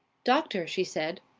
doctor, she said,